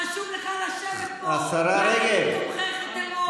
חשוב לך לשבת פה, תומכי טרור.